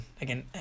again